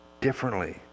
differently